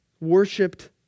worshipped